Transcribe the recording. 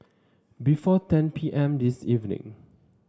before ten P M this evening